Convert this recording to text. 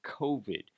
COVID